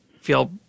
feel